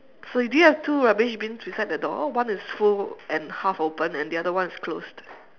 so do you have two rubbish bins beside the door one is full and half open and the other one is closed